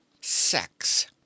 Sex